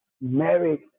mary